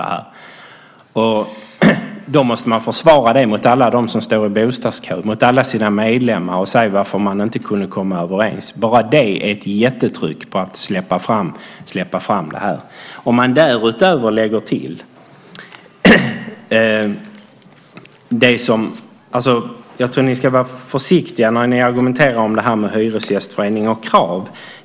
Men då måste man försvara det gentemot alla dem som står i bostadskön och alla sina medlemmar och förklara varför man inte kunde komma överens. Bara det är ett jättetryck på att släppa fram byggandet. Jag tror att ni ska vara försiktiga när ni argumenterar när det gäller Hyresgästföreningen och krav.